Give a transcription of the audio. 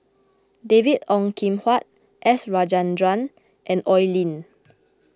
David Ong Kim Huat S Rajendran and Oi Lin